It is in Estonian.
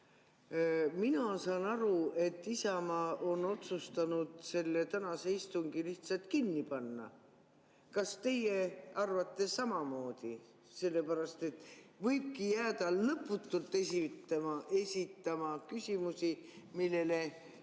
Mina saan aru, et Isamaa on otsustanud tänase istungi lihtsalt kinni panna. Kas teie arvate samamoodi? Sellepärast et võibki jääda lõputult esitama küsimusi, millele